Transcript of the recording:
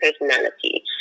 personality